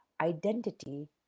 identity